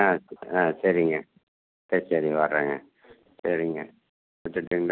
ஆ ஆ சரிங்க சரி சரி வரேங்க சரிங்க வச்சிடடுங்களா